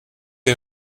est